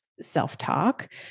self-talk